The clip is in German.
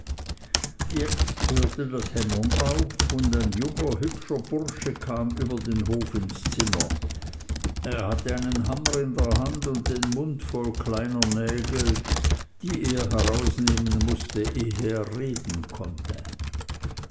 jetzt hörte das hämmern auf und ein junger hübscher bursche kam über den hof ins zimmer er hatte einen hammer in der hand und den mund voll kleiner nägel die er herausnehmen mußte ehe er reden konnte